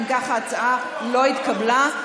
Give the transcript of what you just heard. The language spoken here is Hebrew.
אם כך, ההצעה לא התקבלה.